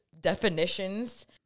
definitions